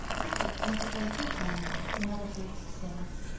apples make a very good marmalade when other fruits are scarce,